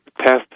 test